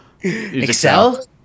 Excel